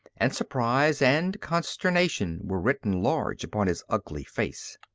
and surprise and consternation were written large upon his ugly face.